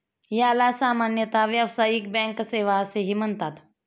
याला सामान्यतः व्यावसायिक बँक सेवा असेही म्हणतात